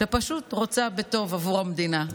שפשוט רוצה טוב עבור המדינה.